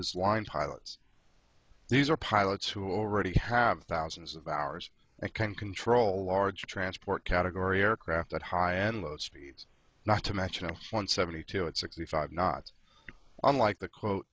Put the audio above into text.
his line pilots these are pilots who already have thousands of hours and can control large transport category aircraft at high and low speeds not to match no one seventy two and sixty five not unlike the quote